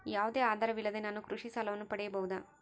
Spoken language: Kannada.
ಯಾವುದೇ ಆಧಾರವಿಲ್ಲದೆ ನಾನು ಕೃಷಿ ಸಾಲವನ್ನು ಪಡೆಯಬಹುದಾ?